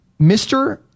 mr